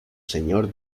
señor